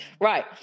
Right